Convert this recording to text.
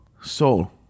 Soul